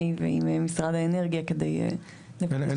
ועם משרד האנרגיה כדי לוודא שזה גם מקובל.